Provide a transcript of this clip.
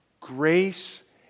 Grace